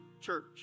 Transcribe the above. church